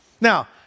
Now